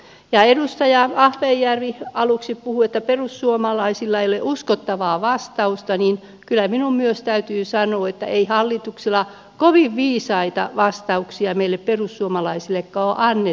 kun edustaja ahvenjärvi aluksi puhui että perussuomalaisilla ei ole uskottavaa vastausta niin kyllä minun myös täytyy sanoa että ei hallituksesta kovin viisaita vastauksia meille perussuomalaisillekaan ole annettu